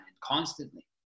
constantly